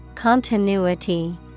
Continuity